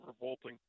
revolting